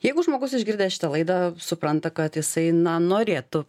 jeigu žmogus išgirdęs šitą laidą supranta kad jisai na norėtų